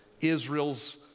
Israel's